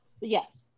Yes